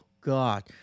God